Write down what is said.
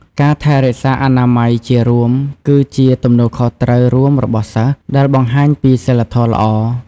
ការថែរក្សាអនាម័យជារួមគឺជា ទំនួលខុសត្រូវរួមរបស់សិស្ស ដែលបង្ហាញពីសីលធម៌ល្អ។